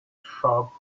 sharp